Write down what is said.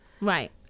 Right